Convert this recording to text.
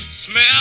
Smell